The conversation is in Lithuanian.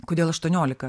kodėl aštuoniolika